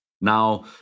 Now